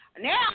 now